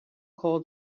cold